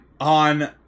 on